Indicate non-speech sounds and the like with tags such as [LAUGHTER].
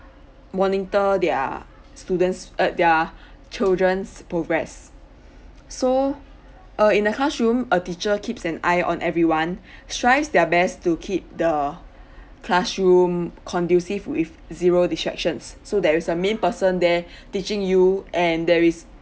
monitor their students uh their [BREATH] children's progress so uh in a classroom a teacher keeps an eye on everyone [BREATH] strives their best to keep the [BREATH] classroom conducive with zero distractions so there is a main person there [BREATH] teaching you and there is